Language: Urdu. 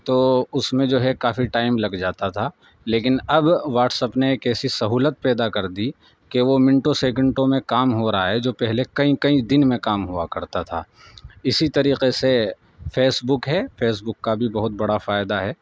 تو اس میں جو ہے کافی ٹائم لگ جاتا تھا لیکن اب واٹس اپ نے ایک ایسی سہولت پیدا کر دی کہ وہ منٹو سیکنڈوں میں کام ہو رہا ہے جو پہلے کئیں کئیں دن میں کام ہوا کرتا تھا اسی طریقے سے فیس بک ہے فیس بک کا بھی بہت بڑا فائدہ ہے